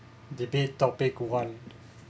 debate topic one